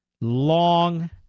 long